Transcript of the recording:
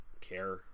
care